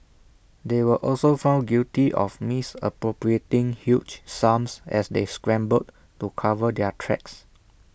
they were also found guilty of misappropriating huge sums as they scrambled to cover their tracks